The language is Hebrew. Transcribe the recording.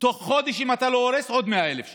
תוך חודש, אם אתה לא הורס, עוד 100,000 שקל,